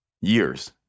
years